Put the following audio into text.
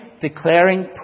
declaring